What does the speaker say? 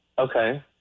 Okay